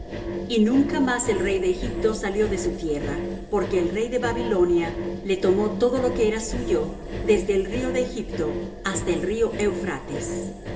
y nunca más el rey de egipto salió de su tierra porque el rey de babilonia le tomó todo lo que era suyo desde el río de egipto hasta el río de eufrates